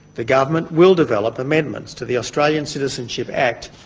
the government will develop amendments to the australian citizenship act,